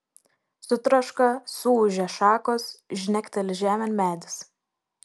sutraška suūžia šakos žnekteli žemėn medis